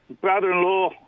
brother-in-law